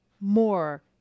more